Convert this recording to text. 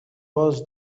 was